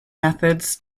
methods